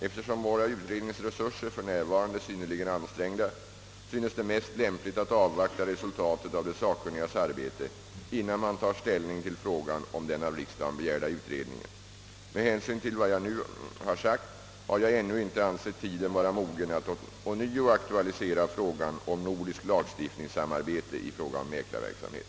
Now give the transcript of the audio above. Eftersom våra utredningsresurser för närvarande är synnerligen ansträngda, synes det mest lämpligt att avvakta resultatet av de sakkunnigas arbete innan man tar ställning till frågan om den av riksdagen begärda utredningen. Med hänsyn till vad jag nu har sagt har jag ännu inte ansett tiden vara mogen att ånyo aktualisera frågan om nordiskt lagstiftningssamarbete i fråga om mäklarverksamhet.